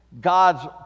God's